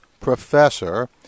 professor